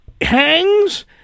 hangs